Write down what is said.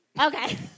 Okay